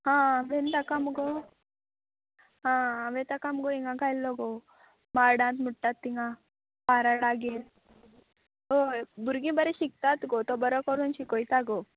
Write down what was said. हां हांवेन ताका मुगो हां हांवेन ताका मुगो हिंगा घाल्लो गो माडांत म्हुट्टात तिंगा पाराडागेर हय भुरगीं बरें शिकतात गो तो बरो करून शिकोयता गो